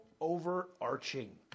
overarching